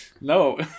No